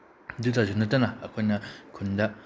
ꯑꯗꯨꯇꯁꯨ ꯅꯠꯇꯅ ꯑꯩꯈꯣꯏꯅ ꯈꯨꯟꯗ